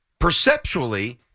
perceptually